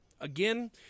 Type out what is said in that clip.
Again